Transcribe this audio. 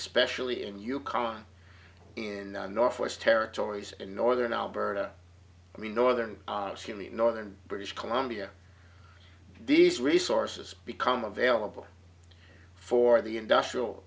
especially in yukon in the northwest territories and northern alberta i mean northern in the northern british columbia these resources become available for the industrial